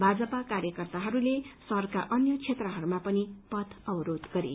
भाजपा कार्यकर्ताहरूले शहरका अन्य क्षेत्रहरूमा पनि पथ अवरोध गरे